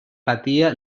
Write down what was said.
patia